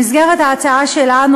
במסגרת ההצעה שלנו,